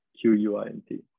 Q-U-I-N-T